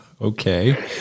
Okay